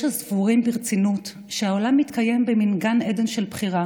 יש הסבורים ברצינות שהעולם מתקיים במין גן עדן של בחירה